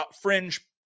fringe